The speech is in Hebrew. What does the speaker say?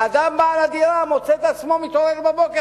ואדם בעל דירה מוצא את עצמו מתעורר בבוקר,